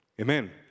Amen